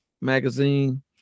Magazine